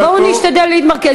בואו נשתדל להתמרכז.